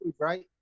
right